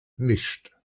mischt